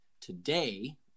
today